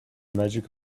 magic